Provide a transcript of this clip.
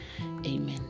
Amen